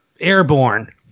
Airborne